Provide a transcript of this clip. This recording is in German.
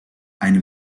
ein